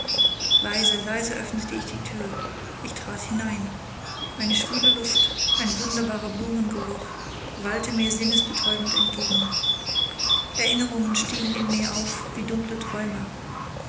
leise leise öffnete ich die tür ich trat hinein eine schwüle luft ein wunderbarer blumengeruch wallte mir sinnebetäubend entgegen erinnerungen stiegen in mir auf wie dunkle träume